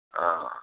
ہاں